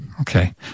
Okay